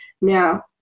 Now